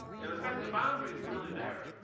in effect, the boundary's really there,